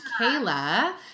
Kayla